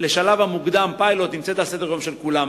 לשלב המוקדם, פיילוט, נמצאת על סדר-היום של כולם.